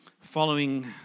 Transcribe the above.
following